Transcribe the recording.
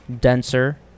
denser